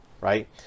right